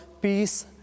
peace